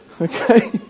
Okay